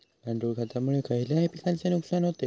गांडूळ खतामुळे खयल्या पिकांचे नुकसान होते?